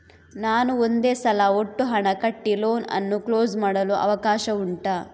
ನಾನು ಒಂದೇ ಸಲ ಒಟ್ಟು ಹಣ ಕಟ್ಟಿ ಲೋನ್ ಅನ್ನು ಕ್ಲೋಸ್ ಮಾಡಲು ಅವಕಾಶ ಉಂಟಾ